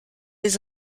les